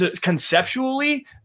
conceptually